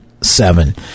seven